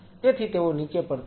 તેથી તેઓ નીચે પડતા નથી